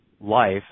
life